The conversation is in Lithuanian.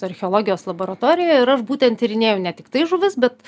archeologijos laboratorijoj ir aš būtent tyrinėju ne tiktai žuvis bet